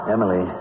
Emily